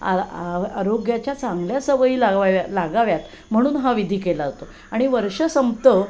आ आ आ आरोग्याच्या चांगल्या सवयी लाव्यावा लागाव्यात म्हणून हा विधी केला जातो आणि वर्ष संपतं